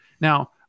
Now